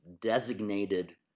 designated